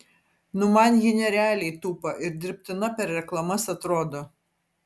nu man ji nerealiai tupa ir dirbtina per reklamas atrodo